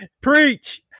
Preach